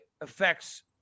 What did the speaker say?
affects